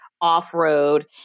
off-road